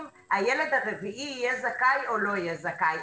הילד הרביעי יהיה זכאי או לא יהיה זכאי.